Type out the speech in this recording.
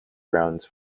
grounds